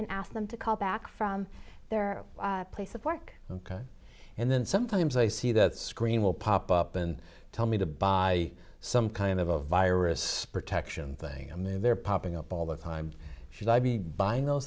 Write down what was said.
can ask them to call back from their place of work and then sometimes i see that screen will pop up and tell me to buy some kind of a virus protection thing i mean they're popping up all the time should i be buying those